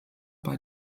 bei